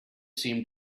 seemed